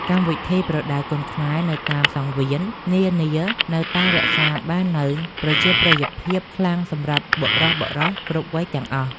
កម្មវិធីប្រដាល់គុនខ្មែរនៅតាមសង្វៀននានានៅតែរក្សាបាននូវប្រជាប្រិយភាពខ្លាំងសម្រាប់បុរសៗគ្រប់វ័យទាំងអស់។